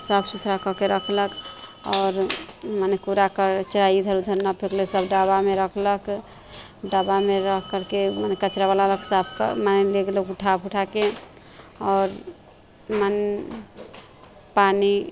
साफ सुथरा कऽ के रखलक आओर मने कूड़ा कचड़ा इधर उधर नहि फेकलै सभ डब्बामे रखलक डब्बामे रख करके मने कचड़ा बला बक्साके मानि लिअ उठा पुठाके आओर मन पानि